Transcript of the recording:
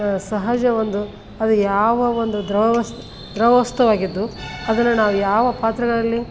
ಸಹಜ ಒಂದು ಅದು ಯಾವ ಒಂದು ದ್ರವ ವಸ್ ದ್ರವ ವಸ್ತುವಾಗಿದ್ದು ಅದನ್ನು ನಾವು ಯಾವ ಪಾತ್ರೆಗಳಲ್ಲಿ